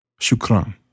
Shukran